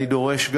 אני דורש,